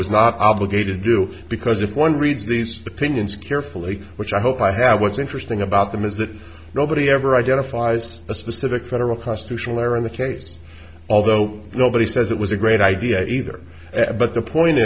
was not obligated to do because if one reads these opinions carefully which i hope i have what's interesting about them is that nobody ever identifies a specific federal constitutional lawyer in the case although nobody says it was a great idea either but the point